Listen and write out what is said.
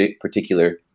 particular